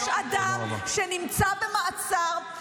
יש אדם שנמצא במעצר,